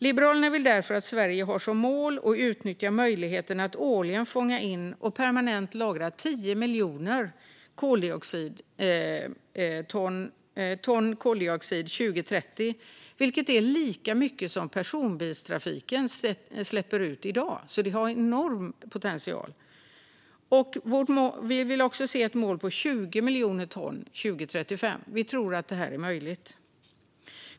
Liberalerna vill därför att Sverige har som mål och utnyttjar möjligheten att årligen fånga in och permanent lagra 10 miljoner ton koldioxid till 2030, vilket är lika mycket som personbilstrafiken släpper ut i dag. Det finns alltså en enorm potential. Vi vill också se ett mål på 20 miljoner ton till 2035. Vi tror att det är möjligt.